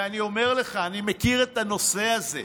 ואני אומר לך: אני מכיר את הנושא הזה.